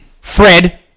Fred